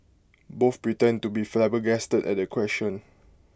both pretend to be flabbergasted at the question